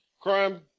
crime